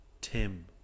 Tim